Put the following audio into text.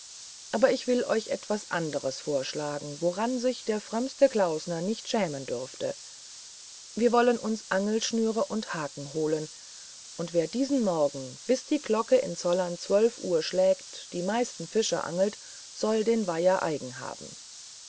aber ich will euch was anderes vorschlagen woran sich der frömmste klausner nicht schämen dürfte wir wollen uns angelschnüre und haken holen und wer diesen morgen bis die glocke in zollern uhr schlägt die meisten fische angelt soll den weiher eigen haben